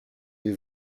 des